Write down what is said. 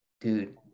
dude